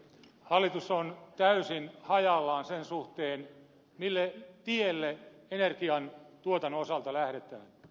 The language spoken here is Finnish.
hallitus on täysin hajallaan sen suhteen mille tielle energiantuotannon osalta lähdetään